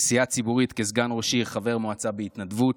עשייה ציבורית כסגן ראש עיר, חבר מועצה בהתנדבות,